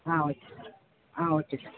ah okay sir ah okay sir